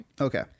Okay